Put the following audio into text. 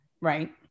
Right